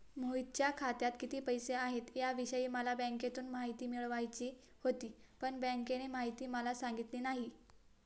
मोहितच्या खात्यात किती पैसे आहेत याविषयी मला बँकेतून माहिती मिळवायची होती, पण बँकेने माहिती मला सांगितली नाही